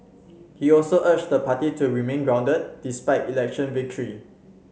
he also urged the party to remain grounded despite election victory